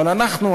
אבל אנחנו,